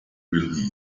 relieved